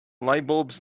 lightbulbs